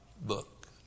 book